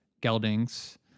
geldings